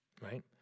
Right